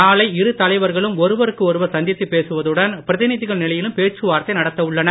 நாளை இரு தலைவர்களும் ஒருவருக்கு ஒருவர் சந்தித்துப் பேசுவதுடன் பிரதிநிதிகள் நிலையிலும் பேச்சுவார்த்தை நடத்த உள்ளனர்